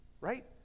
right